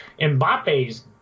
Mbappe's